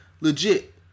legit